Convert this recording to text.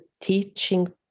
teaching